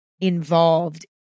involved